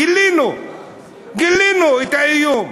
גילינו את האיום.